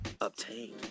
obtain